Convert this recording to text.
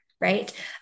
right